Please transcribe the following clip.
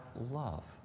love